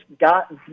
got